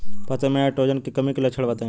फसल में नाइट्रोजन कमी के लक्षण बताइ?